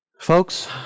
Folks